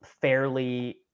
fairly